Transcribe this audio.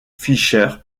fischer